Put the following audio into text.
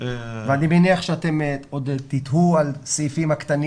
ואני מניח שאתם עוד תתהו על הסעיפים הקטנים